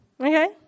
Okay